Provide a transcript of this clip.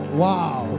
wow